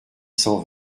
cent